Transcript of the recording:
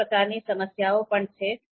અન્ય પ્રકારની સમસ્યાઓ પણ છે